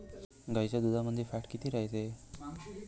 गाईच्या दुधामंदी फॅट किती रायते?